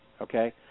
Okay